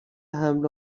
حمل